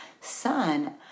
son